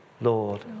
Lord